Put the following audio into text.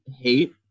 hate